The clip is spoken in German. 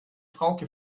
frauke